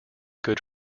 good